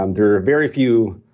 um there are very few